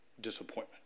disappointment